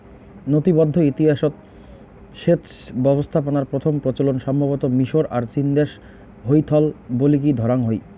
নথিবদ্ধ ইতিহাসৎ সেচ ব্যবস্থাপনার প্রথম প্রচলন সম্ভবতঃ মিশর আর চীনদেশে হইথল বলিকি ধরাং হই